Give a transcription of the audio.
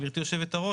גבירתי היו"ר,